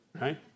right